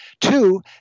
Two